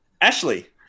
Ashley